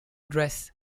dress